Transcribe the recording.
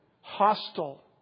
hostile